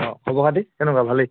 অঁ খবৰ খাতি কেনেকুৱা ভালেই